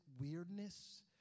weirdness